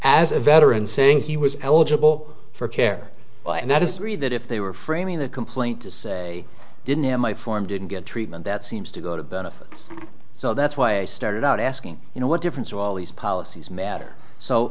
as a veteran saying he was eligible for care and that is really that if they were framing the complaint to say i didn't have my form didn't get treatment that seems to go to benefit so that's why i started out asking you know what difference all these policies matter so